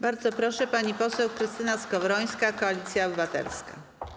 Bardzo proszę, pani poseł Krystyna Skowrońska, Koalicja Obywatelska.